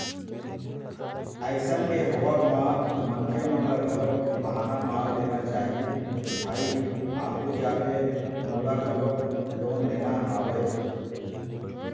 अइसन के होवब म मनखे मन ल घलोक बहाना मार देना चाही के भाई आघू जाके मोला घलोक लोन लेना हवय